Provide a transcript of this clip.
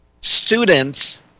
students